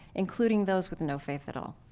including those with no faith at all.